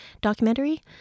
documentary